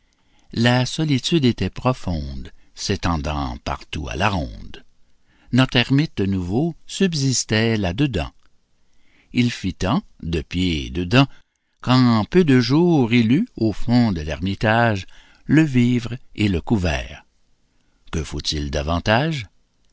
la solitude était profonde s'étendant partout à la ronde notre ermite nouveau subsistait là-dedans il fit tant de pieds et de dents qu'en peu de jours il eut au fond de l'ermitage le vivre et le couvert que faut-il davantage